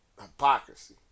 hypocrisy